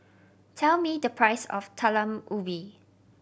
tell me the price of Talam Ubi